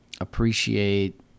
appreciate